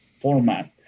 format